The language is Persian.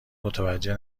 متوجه